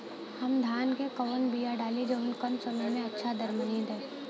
हम धान क कवन बिया डाली जवन कम समय में अच्छा दरमनी दे?